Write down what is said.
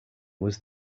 was